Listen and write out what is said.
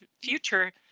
future